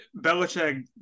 Belichick